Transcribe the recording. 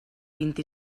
vint